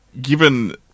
given